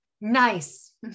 nice